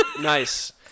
nice